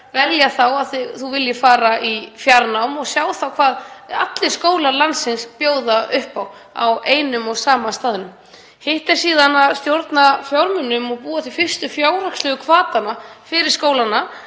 velja, ef þú vilt fara í fjarnám þá sérðu hvað allir skólar landsins bjóða upp á á einum og sama staðnum. Hitt er síðan að stýra fjármunum og búa til fyrstu fjárhagslegu hvatana fyrir skólana